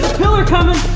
pillar coming